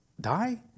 die